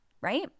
Right